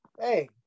hey